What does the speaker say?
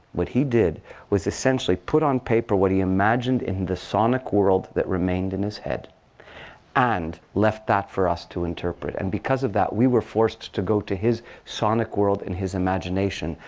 what he did was, essentially, put on paper what he imagined in the sonic world that remained in his head and left that for us to interpret. and because of that, we were forced to go to his sonic world in his imagination,